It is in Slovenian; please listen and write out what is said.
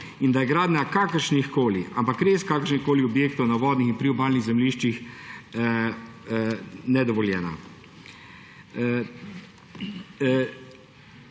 in da je gradnja kakršnihkoli, ampak res kakršnihkoli, objektov na vodnih in priobalnih zemljiščih nedovoljena,